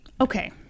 okay